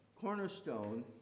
Cornerstone